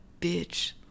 bitch